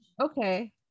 okay